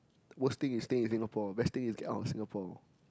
worst thing is stay in Singapore best thing is get out of Singapore